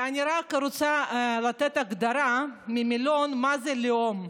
אני רק רוצה לתת הגדרה מהמילון מה זה לאום,